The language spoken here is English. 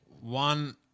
one